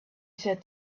said